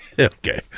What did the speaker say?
Okay